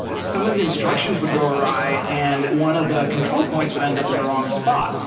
some of the instructions would go awry and one of the control points would end up in the wrong spot.